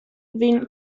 been